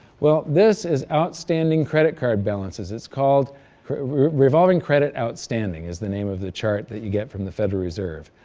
well this is outstanding credit card balances. it's called revolving credit outstanding, is the name of the chart that you get from the federal reserve